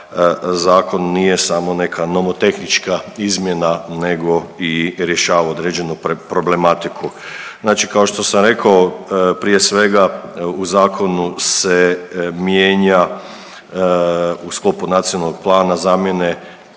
zakon nije samo neka nomotehnička izmjena nego rješava i određenu problematiku. Znači kao što sam rekao prije svega u zakonu se mijenja u sklopu nacionalnog plana zamjena